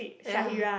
ya